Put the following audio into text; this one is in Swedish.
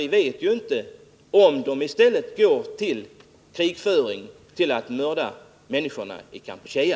Vi vet ju inte om pengarna i stället går till krigföring — till att mörda människorna i Kampuchea.